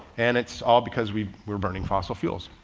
and it's all because we were burning fossil fuels.